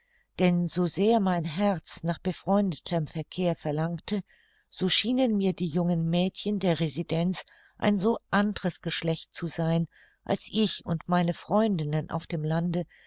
denn so sehr mein herz nach befreundetem verkehr verlangte so schienen mir die jungen mädchen der residenz ein so andres geschlecht zu sein als ich und meine freundinnen auf dem lande